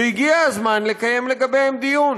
והגיע הזמן לקיים לגביהם דיון.